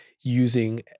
using